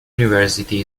university